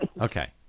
Okay